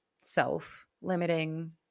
self-limiting